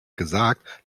gesagt